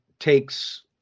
takes